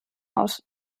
aus